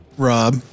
Rob